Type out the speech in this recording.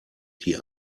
die